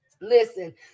Listen